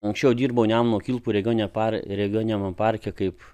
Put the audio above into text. anksčiau dirbau nemuno kilpų regioninio par regioniniame parke kaip